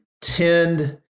tend